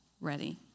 ready